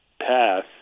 path